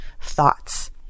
thoughts